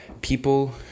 people